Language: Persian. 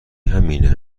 همینه